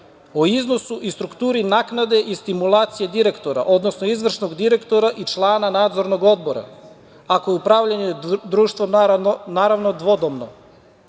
o iznosu i strukturi naknade i stimulacije direktora, odnosno izvršnog direktora i člana nadzornog odbora ako je upravljanje društva naravno dvodomno,